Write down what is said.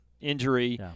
injury